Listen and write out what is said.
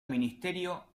ministerio